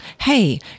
Hey